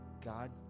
God